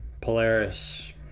Polaris